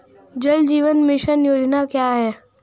जल जीवन मिशन योजना क्या है?